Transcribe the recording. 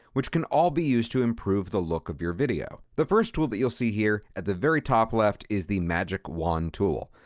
which can all be used to improve the look of your video. the first tool that you'll see here at the very top left is the magic wand tool.